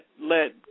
let –